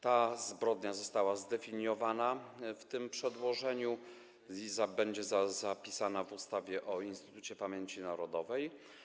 Ta zbrodnia została zdefiniowana w tym przedłożeniu i będzie zapisana w ustawie o Instytucie Pamięci Narodowej.